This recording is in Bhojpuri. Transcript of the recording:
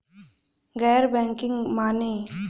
गैर बैंकिंग माने?